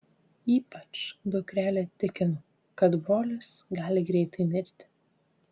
ypač dukrelė tikino kad brolis gali greitai mirti